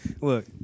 Look